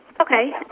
Okay